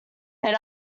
then